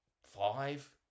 five